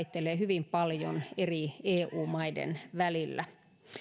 vaihtelee hyvin paljon eri eu maiden välillä